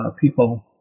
people